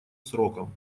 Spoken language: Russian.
сроком